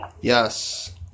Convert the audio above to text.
Yes